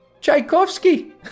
Tchaikovsky